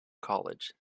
college